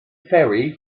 ferry